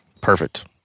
Perfect